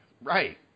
Right